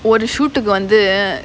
ஒரு:oru shoot டுக்கு வந்து:tukku vanthu